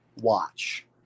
watch